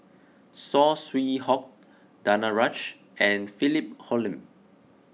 Saw Swee Hock Danaraj and Philip Hoalim